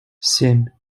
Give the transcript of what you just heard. семь